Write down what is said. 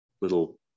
little